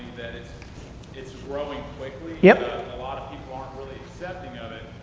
that it's it's growing quickly, yeah a lot of people aren't really accepting of it.